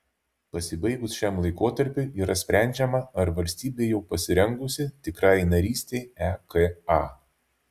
pasibaigus šiam laikotarpiui yra sprendžiama ar valstybė jau pasirengusi tikrajai narystei eka